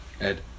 Ed